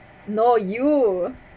no you